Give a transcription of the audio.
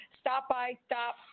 stop-by-stop